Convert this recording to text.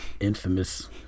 infamous